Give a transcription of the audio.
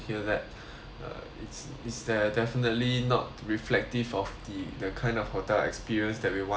is is that definitely not reflective of the the kind of hotel experience that we want to give to our guests